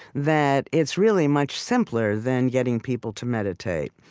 that it's really much simpler than getting people to meditate.